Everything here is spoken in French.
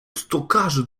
stockage